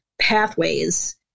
pathways